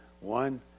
One